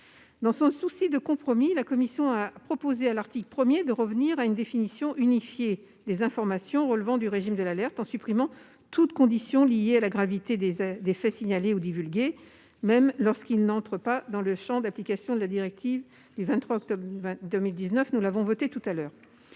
Dans son souci de compromis, la commission a proposé à l'article 1- ce que le Sénat a accepté -de revenir à une définition unifiée des informations relevant du régime de l'alerte, en supprimant toute condition liée à la gravité des faits signalés ou divulgués, même lorsqu'ils n'entrent pas dans le champ d'application de la directive du 23 octobre 2019. En revanche, elle